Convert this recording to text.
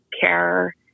care